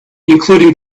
including